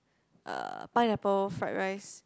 uh pineapple fried rice